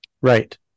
right